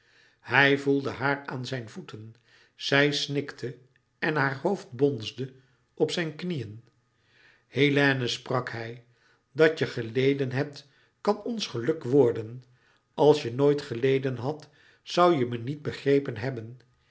hij voelde haar aan zijn voeten zij snikte en haar hoofd bonsde op zijn knieën hélène sprak hij dat je geleden hebt kan ons geluk worden als je nooit geleden hadt zoû je me niet begrepen hebben